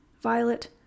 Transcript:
Violet